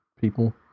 people